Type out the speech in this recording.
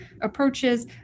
approaches